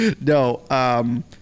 No